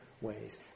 ways